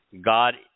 God